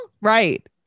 Right